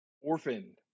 Orphan